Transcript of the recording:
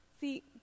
See